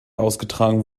austragen